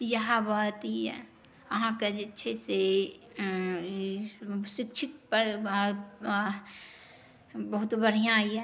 यहए अथी अहाँके जे छै से ई शिक्षित परिवार बहुत बढ़ियाँ यऽ